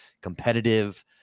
competitive